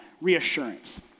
Reassurance